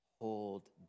Hold